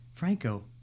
Franco